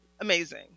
Amazing